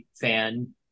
fan